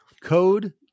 Code